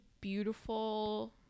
beautiful